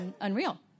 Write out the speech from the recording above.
Unreal